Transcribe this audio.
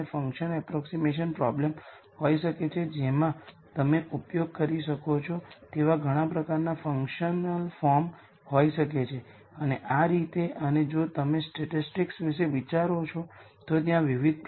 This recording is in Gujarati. અને આ પરિણામ છે કે જેના વિષે આપણે હમણાં વિશે વાત કરવા જઈશું મેટ્રિક્સ એક સિમેટ્રિક છે કે નહીં તે સાચું છે